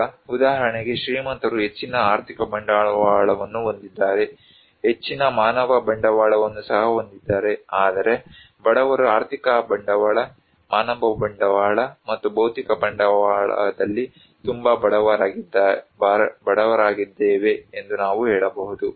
ಈಗ ಉದಾಹರಣೆಗೆ ಶ್ರೀಮಂತರು ಹೆಚ್ಚಿನ ಆರ್ಥಿಕ ಬಂಡವಾಳವನ್ನು ಹೊಂದಿದ್ದಾರೆ ಹೆಚ್ಚಿನ ಮಾನವ ಬಂಡವಾಳವನ್ನು ಸಹ ಹೊಂದಿದ್ದಾರೆ ಆದರೆ ಬಡವರು ಆರ್ಥಿಕ ಬಂಡವಾಳ ಮಾನವ ಬಂಡವಾಳ ಮತ್ತು ಭೌತಿಕ ಬಂಡವಾಳದಲ್ಲಿ ತುಂಬಾ ಬಡವರಾಗಿದ್ದೇವೆ ಎಂದು ನಾವು ಹೇಳಬಹುದು